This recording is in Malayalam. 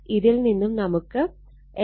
ഇതിൽ നിന്നും നമുക്ക് L2